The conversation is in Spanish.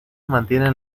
mantienen